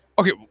Okay